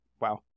wow